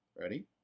Ready